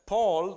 Paul